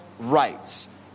rights